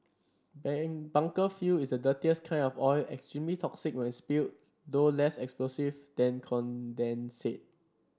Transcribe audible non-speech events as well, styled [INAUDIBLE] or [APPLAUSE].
[UNINTELLIGIBLE] bunker fuel is the dirtiest kind of oil extremely toxic when spilled though less explosive than condensate